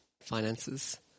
finances